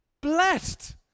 blessed